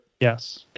Yes